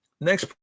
next